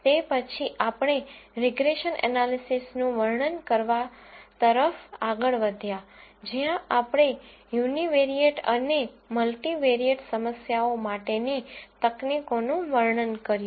તે પછી આપણે રીગ્રેસન એનાલિસિસનું વર્ણન કરવા તરફ આગળ વધ્યાં જ્યાં આપણે યુનિવેરિયેટ અને મલ્ટિવેરિયેટ સમસ્યાઓ માટેની તકનીકોનું વર્ણન કર્યું